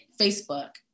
Facebook